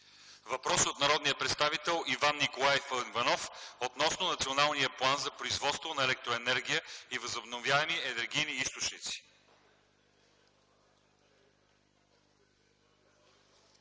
въпрос от народния представител Иван Николаев Иванов относно националния план за производство на електроенергия от възобновяеми енергийни източници.